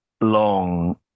long